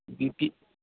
बी P